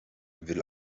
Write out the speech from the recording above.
will